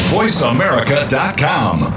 VoiceAmerica.com